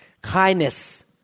Kindness